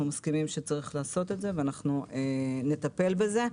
מסכימים שיש לעשות את זה ונטפל בזה.